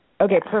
Okay